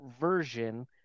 version